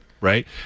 Right